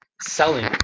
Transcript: selling